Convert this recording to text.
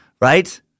right